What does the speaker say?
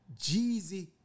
Jeezy